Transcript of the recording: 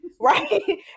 right